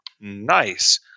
nice